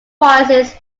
prices